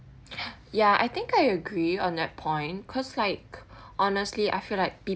ya I think I agree on that point because like honestly I feel like